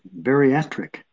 bariatric